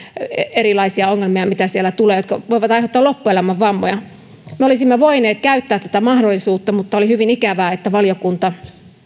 erilaisia ongelmia joita siellä tulee ja jotka voivat aiheuttaa loppuelämän vammoja me olisimme voineet käyttää tätä mahdollisuutta mutta oli hyvin ikävää että valiokunta